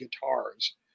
Guitars